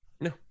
No